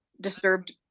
disturbed